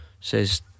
says